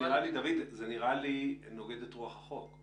דוד, נראה לי שזה נוגד את רוח החוק.